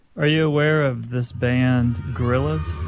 are you aware of this band gorillaz?